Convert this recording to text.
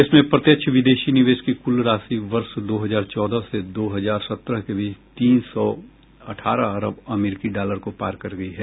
देश में प्रत्यक्ष विदेशी निवेश की कुल राशि वर्ष दो हजार चौदह से दो हजार सत्रह के बीच तीन सौ अठारह अरब अमरीकी डालर को पार कर गयी है